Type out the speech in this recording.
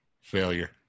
Failure